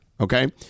Okay